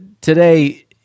today